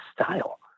style